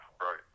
Right